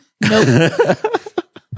Nope